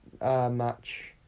match